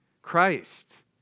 Christ